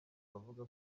abavuga